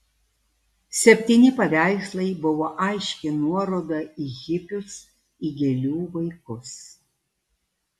septyni paveikslai buvo aiški nuoroda į hipius į gėlių vaikus